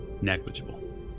negligible